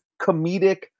comedic